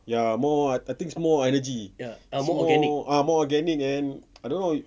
ya more I think it's more energy it's more ah more organic and I don't know